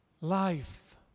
life